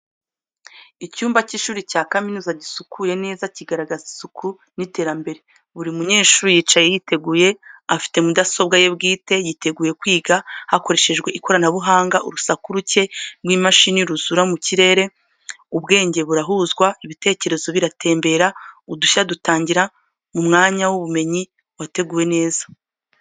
Icyumba cy’ishuri cya kaminuza gisukuye neza, kigaragaza isuku n’iterambere. Buri munyeshuri yicaye yiteguye, afite mudasobwa ye bwite, yiteguye kwiga, hakoreshejwe ikoranabuhanga. Urusaku ruke rw’imashini ruzura mu kirere, ubwenge burahuzwa, ibitekerezo biratembera, udushya dutangira mu mwanya w’ubumenyi wateguwe neza.